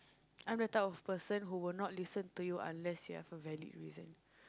I'm the type of person who will not listen to you unless you have a valid reason